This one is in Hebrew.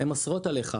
הן אוסרות עליי.